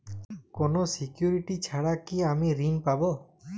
কোনো সিকুরিটি ছাড়া কি আমি ঋণ পাবো?